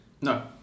No